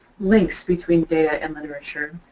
links between data and literature.